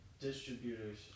distributors